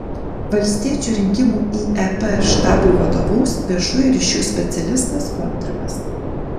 valstiečių rinkimų į ep štabui vadovaus viešųjų ryšių specialistas kontrimas